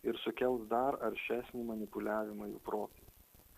ir sukels dar aršesnį manipuliavimą jų protu